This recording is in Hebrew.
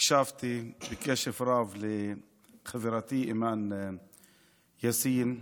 הקשבתי בקשב רב לחברתי אימאן יאסין,